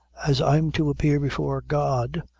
as i'm to appear before god,